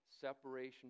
separation